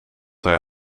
hij